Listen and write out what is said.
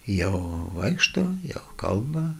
jau vaikšto jau kalba